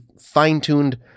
fine-tuned